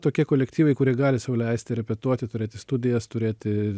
tokie kolektyvai kurie gali sau leisti repetuoti turėti studijas turėti